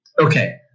okay